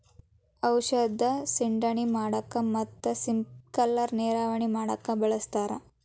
ಔಷದ ಸಿಂಡಣೆ ಮಾಡಾಕ ಮತ್ತ ಸ್ಪಿಂಕಲರ್ ನೇರಾವರಿ ಮಾಡಾಕ ಬಳಸ್ತಾರ